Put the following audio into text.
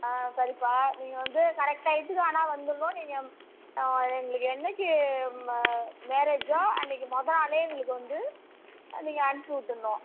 ஆ சரிப்பா நீங்கள் வந்து கரெக்ட் டையத்துக்கு ஆனால் வந்துடணும் நீங்கள் எங்களுக்கு என்னைக்கு ம மேரேஜோ அன்னைக்கு மொதல் நாளே எங்களுக்கு வந்து ஆ நீங்கள் அனுப்பி விட்டுர்ணும்